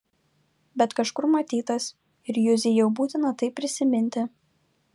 bet kažkur matytas ir juzei jau būtina tai prisiminti